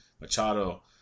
Machado